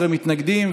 11 מתנגדים,